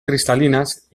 cristalinas